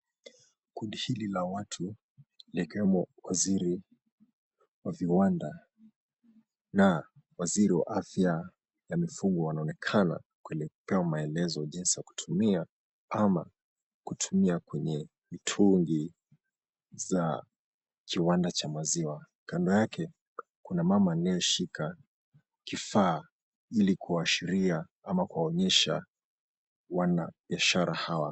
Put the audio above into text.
Kundi hili la watu, likiwemo waziri wa viwanda na waziri wa afya ya mifugo wanaonekana kuelekea maelezo jinsi ya kutumia ama kutumia kwenye mitungi za kiwanda cha maziwa. Kando yake kuna mama anayeshika kifaa ili kuashiria ama kuwaonyesha wana biashara hawa.